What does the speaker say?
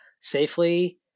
safely